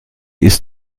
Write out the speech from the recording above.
ist